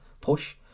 push